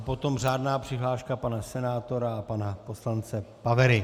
Potom řádná přihláška pana senátora a pana poslance Pavery.